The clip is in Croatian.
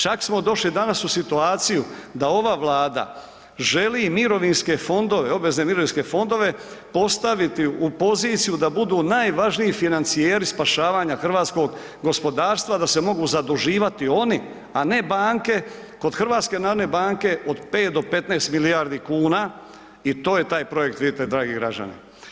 Čak smo došli danas u situaciju da ova Vlada želi mirovinske fondove, obvezne mirovinske fondove postaviti u poziciju da budu najvažniji financijeri spašavanja hrvatskog gospodarstva, da se mogu zaduživati oni, a ne banke, kod HNB-a od 5 do 15 milijardi kuna i to je taj projekt, vidite, dragi građani.